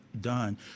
done